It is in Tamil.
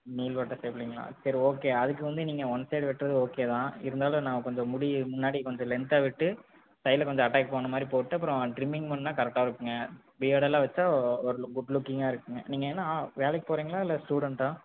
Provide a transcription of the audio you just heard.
நீள்வட்ட ஷேப்பிலங்களா சரி ஓகே அதுக்கு வந்து நீங்கள் ஒன் சைடு வெட்டுறது ஓகே தான் இருந்தாலும் நான் கொஞ்சம் முடி முன்னாடி கொஞ்சம் லென்த்தாக விட்டு சைடில் கொஞ்சம் அட்டாக் போன்னமாதிரிப் போட்டு அப்புறம் ட்ரிமிங் பண்ணால் கரெக்ட்டா இருக்கும்ங்க பியர்டுல்லாம் வைச்சா ஓரு குட் லுக்கிங்காக இருக்கும்ங்க நீங்கள் என்ன வேலைக்குப் போகிறீங்களா இல்லை ஸ்டூடெண்ட்டா